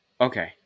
Okay